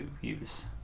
use